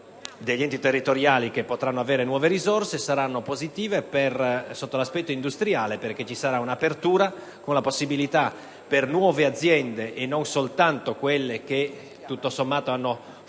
degli enti territoriali, che potranno disporre di nuove risorse; saranno positivi sotto l'aspetto industriale, perché ci sarà un'apertura con la possibilità per nuove aziende - non soltanto quelle che, tutto sommato, hanno fruito